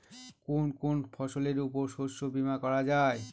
কোন কোন ফসলের উপর শস্য বীমা করা যায়?